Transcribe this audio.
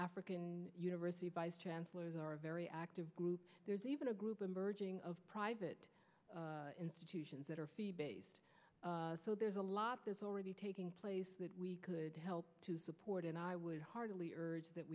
african university chancellors are a very active group there's even a group emerging of private institutions that are fee based so there's a lot that's already taking place that we could help to support and i would hardly urge that